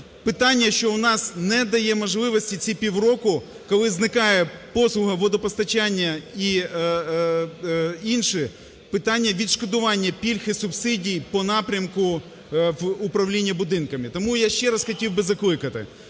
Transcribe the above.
питання, що у нас не дає можливості ці півроку, коли зникає послуга водопостачання і інші питання відшкодування пільг і субсидій по напрямку в управління будинкам. Тому я ще раз хотів би закликали,